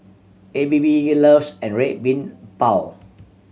A B B loves an Red Bean Bao